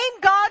God